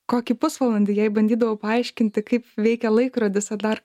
kokį pusvalandį jai bandydavau paaiškinti kaip veikia laikrodis ar dar